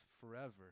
forever